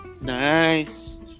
Nice